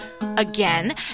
again